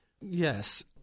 Yes